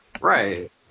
Right